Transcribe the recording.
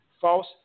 false